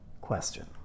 question